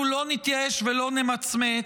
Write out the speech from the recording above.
אנחנו לא נתייאש ולא נמצמץ.